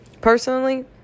personally